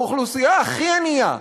האוכלוסייה הכי ענייה,